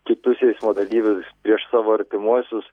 kitus eismo dalyvius prieš savo artimuosius